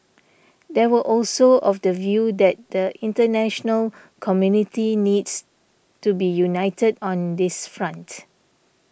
they were also of the view that the international community needs to be united on this front